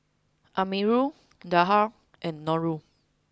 Amirul Dhia and Nurul